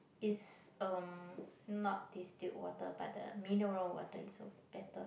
is um not distilled water but the mineral water is so better